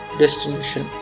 destination